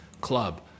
club